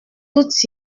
tout